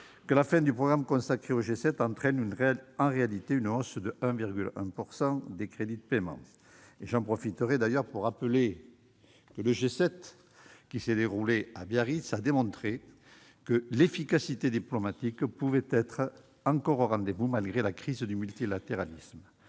que la fin du programme consacré au G7 entraîne en réalité une hausse de 1,1 % des crédits de paiement. J'en profiterai pour rappeler que le G7, qui s'est déroulé à Biarritz, a démontré que l'efficacité diplomatique pouvait être encore au rendez-vous malgré la crise du multilatéralisme.